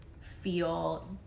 feel